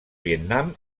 vietnam